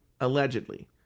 allegedly